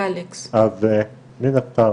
אז מן הסתם,